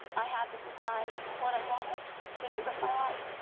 i had to decide what i wanted to do with my life.